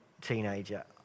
teenager